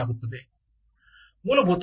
com ಎಂದು ಕರೆಯಲಾಗುತ್ತದೆ